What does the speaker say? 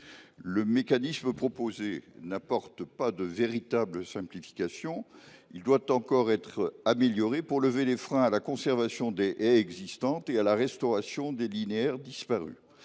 le mécanisme proposé n’apporte pas de véritable simplification. Il doit encore être amélioré pour lever les freins à la conservation des haies existantes et à la restauration des linéaires disparus.